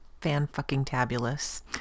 fan-fucking-tabulous